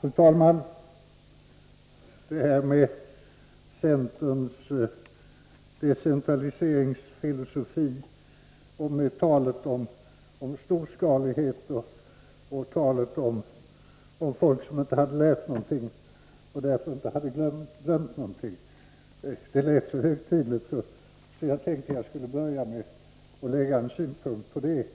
Fru talman! Det här med centerns decentraliseringsfilosofi och talet om storskalighet och om folk som inte hade lärt sig någonting och därför inte hade glömt någonting lät så högtidligt, att jag tänkte att jag skulle börja med att lägga en synpunkt på det